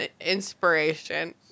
inspiration